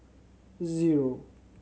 zero